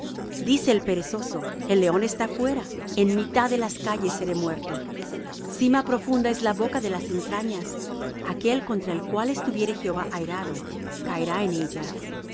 dice el perezoso el león está fuera en mitad de las calles seré muerto sima profunda es la boca de las extrañas aquel contra el cual estuviere jehová airado caerá en ella